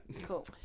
Cool